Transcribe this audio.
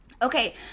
Okay